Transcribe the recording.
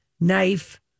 knife